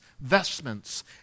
vestments